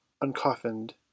uncoffined